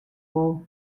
wol